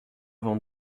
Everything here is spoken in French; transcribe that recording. avant